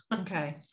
okay